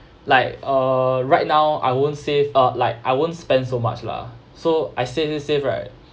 like uh right now I won't save uh like I won't spend so much lah so I said to save right